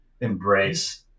embrace